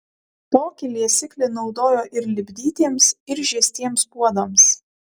tokį liesiklį naudojo ir lipdytiems ir žiestiems puodams